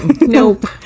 nope